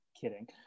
kidding